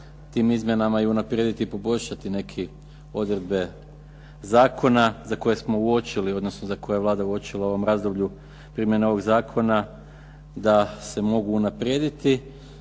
tim izmjenama unaprijediti i poboljšati neke odredbe zakona, za koje smo uočili, odnosno koje je Vlada uočila u razdoblju primjene ovog Zakona, da se mogu unaprijediti.